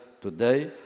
today